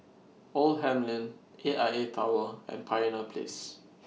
Oldham Lane A I A Tower and Pioneer Place